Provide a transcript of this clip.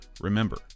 Remember